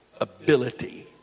ability